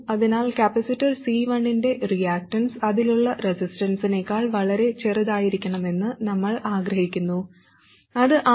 അതിനാൽ capacitor C1 ന്റെ reactance അതിലുള്ള റെസിസ്റ്റൻസിനെക്കാൾ വളരെ ചെറുതായിരിക്കണമെന്ന് നമ്മൾ ആഗ്രഹിക്കുന്നു അത് Rs R1 || R2